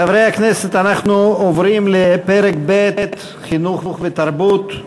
חברי הכנסת, אנחנו עוברים לפרק ב': חינוך ותרבות.